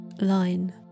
line